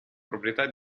proprietà